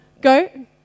Go